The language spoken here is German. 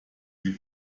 sie